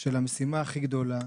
של המשימה הכי גדולה,